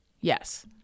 Yes